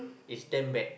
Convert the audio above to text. is damn bad